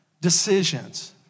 decisions